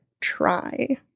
try